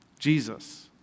Jesus